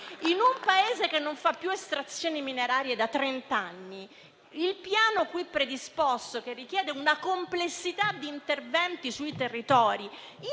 In un Paese che non fa più estrazioni minerarie da trent'anni, il Piano qui predisposto richiede una complessità di interventi sui territori